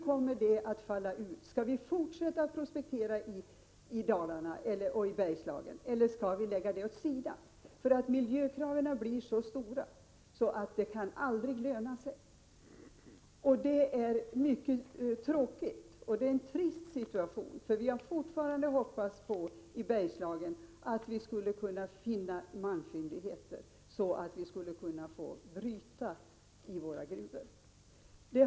Hur kommer det att falla ut? Skall vi fortsätta att prospektera i Dalarna och Bergslagen, eller skall vi lägga det åt sidan därför att miljökraven blir så stora att verksamheten aldrig kan löna sig? Det är en mycket tråkig situation. Vi hade i Bergslagen hoppats på att vi skulle kunna göra malmfyndigheter, så att vi skulle kunna få bryta i våra gruvor.